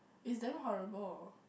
is damn horrible